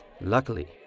luckily